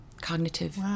cognitive